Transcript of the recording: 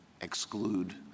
exclude